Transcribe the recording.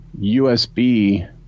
USB